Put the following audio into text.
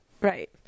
Right